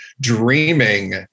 dreaming